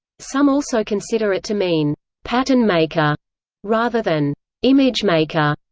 some also consider it to mean pattern maker rather than image maker,